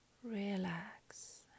Relax